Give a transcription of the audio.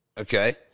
Okay